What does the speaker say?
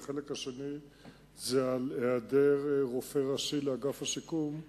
והחלק השני הוא העדר רופא ראשי לאגף השיקום,